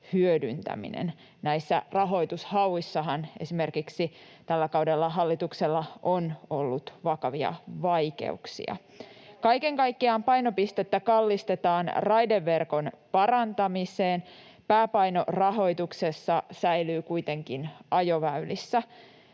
hyödyntäminen. Näissä rahoitushauissahan esimerkiksi tällä kaudella hallituksella on ollut vakavia vaikeuksia. [Suna Kymäläinen: Ei pidä paikkaansa!] Kaiken kaikkiaan painopistettä kallistetaan raideverkon parantamiseen. Pääpaino rahoituksessa säilyy kuitenkin ajoväylissä,